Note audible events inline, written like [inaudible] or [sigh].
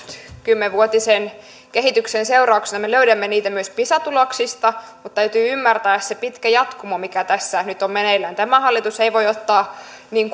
kymmenvuotisen kehityksen seurauksena me löydämme niitä myös pisa tuloksista mutta täytyy ymmärtää se pitkä jatkumo mikä tässä nyt on meneillään tämä hallitus ei voi ottaa niin [unintelligible]